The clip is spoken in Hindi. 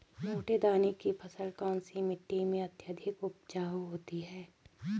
मोटे दाने की फसल कौन सी मिट्टी में अत्यधिक उपजाऊ होती है?